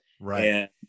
right